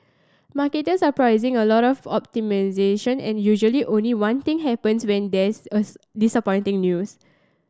market are pricing a lot of optimisation and usually only one thing happens when there is disappointing news